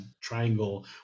triangle